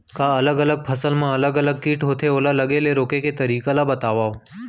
का अलग अलग फसल मा अलग अलग किट होथे, ओला लगे ले रोके के तरीका ला बतावव?